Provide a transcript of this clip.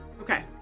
Okay